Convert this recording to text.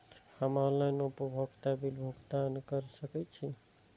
हम ऑनलाइन उपभोगता बिल भुगतान कर सकैछी?